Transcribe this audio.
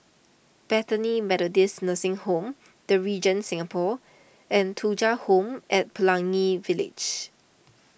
Bethany Methodist Nursing Home the Regent Singapore and Thuja Home at Pelangi Village